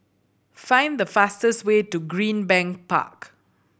find the fastest way to Greenbank Park